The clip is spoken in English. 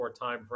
timeframe